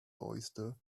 oyster